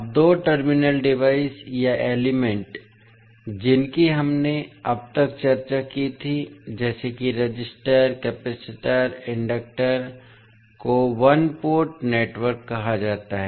अब दो terminal device या एलिमेंट जिनकी हमने अब तक चर्चा की थी जैसे कि रेसिस्टर कैपेसिटर इंडक्टर को वन पोर्ट नेटवर्क कहा जाता है